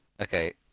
Okay